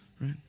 Right